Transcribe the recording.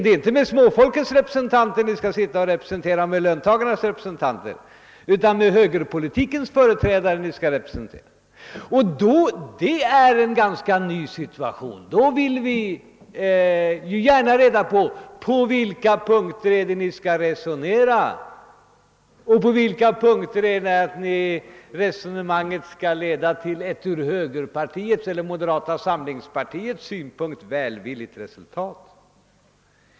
Det är inte med småfolkets representanter eller med löntagarnas representanter ni skall sitta och resonera utan det är högerpolitikens företrädare ni skall resonera med. Det är en ny situation. Därför vill vi gärna ha reda på svaret på följande fråga: På vilka punkter är det ni skall resonera och på vilka punkter menar ni att resonemanget skall leda till ett ur högerpartiets eller moderata samlingspartiets synpunkt gynnsamt resultat?